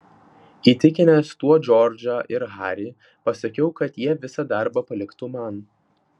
įtikinęs tuo džordžą ir harį pasakiau kad jie visą darbą paliktų man